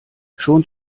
schon